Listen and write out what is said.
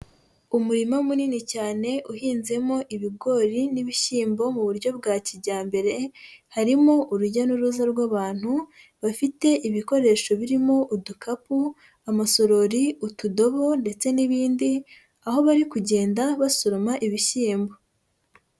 Umurima munini cyane uhinzemo ibigori n'ibishyimbo mu buryo bwa kijyambere, harimo urujya n'uruza rw'abantu bafite ibikoresho birimo udukapu, amarori, utudobo ndetse n'ibindi aho bari kugenda basoroma ibishyimbo.